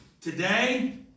today